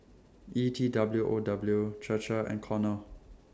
E T W O W Chir Chir and Cornell